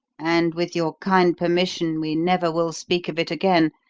and, with your kind permission, we never will speak of it again.